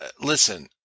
listen